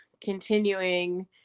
continuing